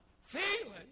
feeling